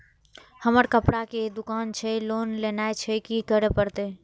हमर कपड़ा के दुकान छे लोन लेनाय छै की करे परतै?